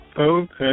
Okay